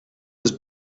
his